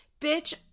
bitch